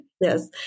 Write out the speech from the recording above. Yes